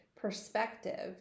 perspective